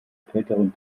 kälteren